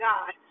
God